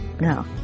No